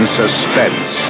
suspense